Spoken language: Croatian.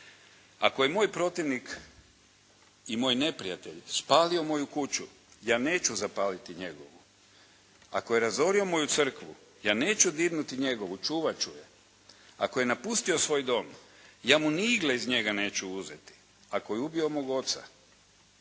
"Ako je moj protivnik i moj neprijatelj spalio moju kuću, ja neću zapaliti njegovu. Ako je razorio moju Crkvu, ja neću dirnuti njegovu, čuvat ću je. Ako je napustio svoj dom, ja mu ni igle iz njega neću uzeti. Ako je ubio mog oca,